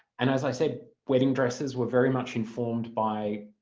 and as i said wedding dresses were very much informed by